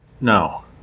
No